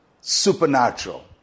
supernatural